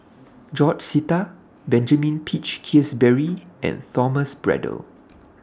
George Sita Benjamin Peach Keasberry and Thomas Braddell